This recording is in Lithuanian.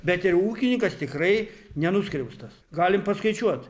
bet ir ūkinykas tikrai nenuskriaustas galim paskaičiuot